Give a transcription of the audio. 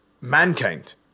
Mankind